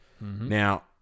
Now